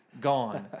gone